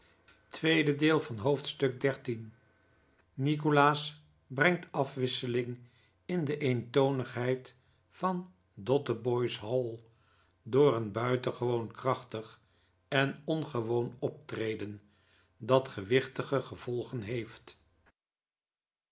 nikolaas brengt afwisseling in de eentonigheid van dotheboys hall door een buitengewoon krachtig en ongewoon optreden dat gewichtige gevolgen heeft